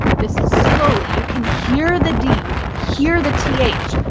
this is slowly. you can hear the d, you can hear the th.